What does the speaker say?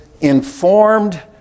informed